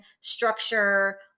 structure